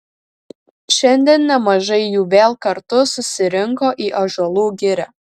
šiandien nemažai jų vėl kartu susirinko į ąžuolų girią